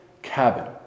Cabin